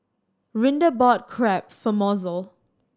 Rinda bought Crepe for Mozell